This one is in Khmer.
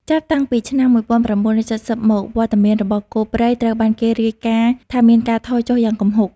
ចាប់តាំងពីឆ្នាំ ១៩៧០ មក វត្តមានរបស់គោព្រៃត្រូវបានគេរាយការណ៍ថាមានការថយចុះយ៉ាងគំហុក។